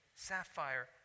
Sapphire